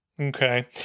Okay